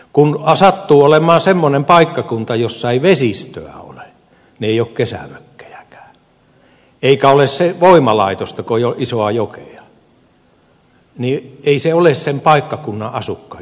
kun sattuu olemaan semmoinen paikkakunta missä ei vesistöä ole niin ei ole kesämökkejäkään eikä ole voimalaitosta kun ei ole isoa jokea niin ei se ole sen paikkakunnan asukkaiden vika